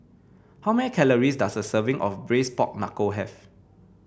how many calories does a serving of braise Pork Knuckle have